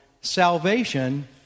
salvation